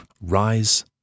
rise